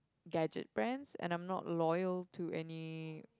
gadget brands and I'm not loyal to any